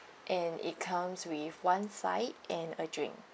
and it comes with one side and a drink